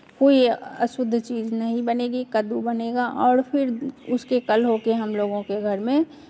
कोई अशुद्ध चीज़ नहीं बनेगी कद्दू बनेगा और फिर उसके कल हो कर हमलोगों के घर में